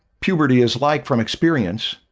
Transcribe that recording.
puberty is like from experience.